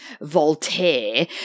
Voltaire